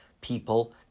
people